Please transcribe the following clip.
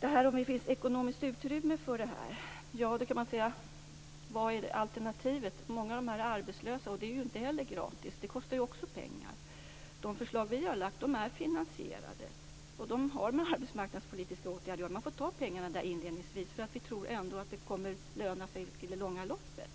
När det gäller om det finns ekonomiskt utrymme för detta, kan man fråga: Vad är alternativet? Många är ju arbetslösa, och det är inte heller gratis. Det kostar ju också pengar. De förslag som vi har lagt fram är finansierade, och de har med arbetsmarknadspolitiska åtgärder att göra. Man får ta pengarna därifrån inledningsvis, för vi tror ändå att det kommer att löna sig i det långa loppet.